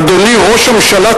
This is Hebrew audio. אדוני ראש הממשלה,